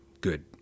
Good